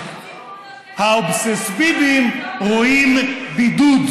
אינטימית, עם מנהיגי שתי המעצמות,